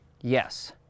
Yes